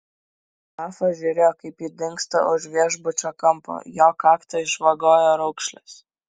rafa žiūrėjo kaip ji dingsta už viešbučio kampo jo kaktą išvagojo raukšlės